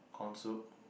corn soup